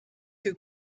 two